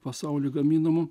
pasauly gaminamų